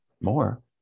more